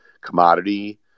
Commodity